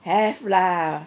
have lah